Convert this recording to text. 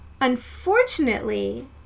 unfortunately